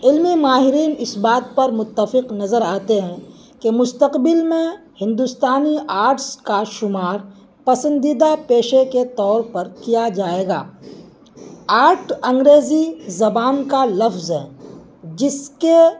علم ماہرین اس بات پر متفق نظر آتے ہیں کہ مستقبل میں ہندوستانی آرٹس کا شمار پسندیدہ پیشے کے طور پر کیا جائے گا آرٹ انگریزی زبان کا لفظ ہے جس کے